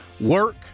Work